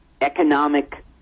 economic